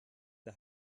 der